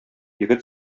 егет